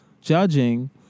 judging